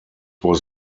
was